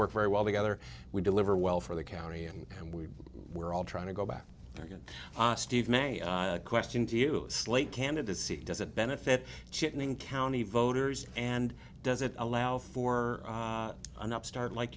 work very well together we deliver well for the county and we were all trying to go back there again steve may question to you slate candidacy does it benefit chickening county voters and does it allow for an upstart like